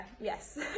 yes